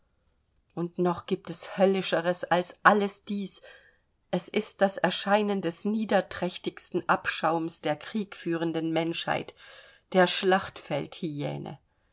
und noch gibt es höllischeres als alles dies es ist das erscheinen des niederträchtigsten abschaums der kriegführenden menschheit der